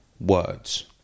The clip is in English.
words